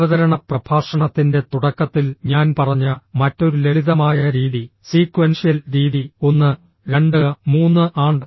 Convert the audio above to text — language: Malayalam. അവതരണ പ്രഭാഷണത്തിന്റെ തുടക്കത്തിൽ ഞാൻ പറഞ്ഞ മറ്റൊരു ലളിതമായ രീതി സീക്വൻഷ്യൽ രീതി 123 ആണ്